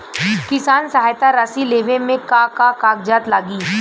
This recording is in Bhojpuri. किसान सहायता राशि लेवे में का का कागजात लागी?